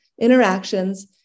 interactions